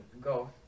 Go